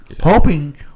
Hoping